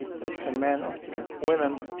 both to the men or to the women,